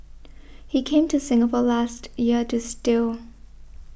he came to Singapore last year to steal